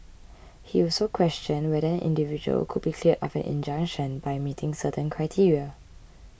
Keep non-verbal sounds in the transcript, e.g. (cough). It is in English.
(noise) he also questioned whether an individual could be cleared of an injunction by meeting certain criteria